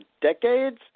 decades